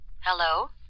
Hello